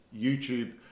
youtube